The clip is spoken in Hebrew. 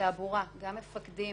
תעבורה גם מפקדים